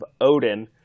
Odin